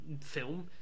film